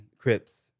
Crips